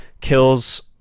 kills